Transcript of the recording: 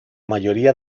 mayoría